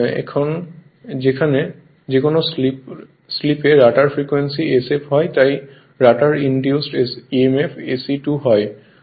এখন যেকোন স্লিপে রটার ফ্রিকোয়েন্সি sf হয় তাই রটার ইনডিউসড emf SE2 হয়